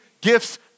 gifts